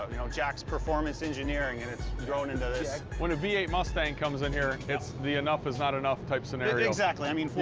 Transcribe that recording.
you know, jack's performance engineering, and it's grown into this. when a v eight mustang comes in here, it's the enough is not enough-type scenario. exactly, i mean,